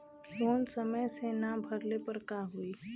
Loan समय से ना भरले पर का होयी?